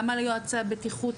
גם על יועצי הבטיחות,